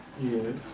Yes